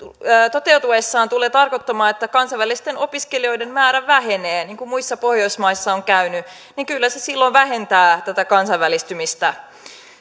toteutuessaan tulevat tarkoittamaan että kansainvälisten opiskelijoiden määrä vähenee niin kuin muissa pohjoismaissa on käynyt niin kyllä se silloin vähentää tätä kansainvälistymistä